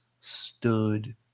stood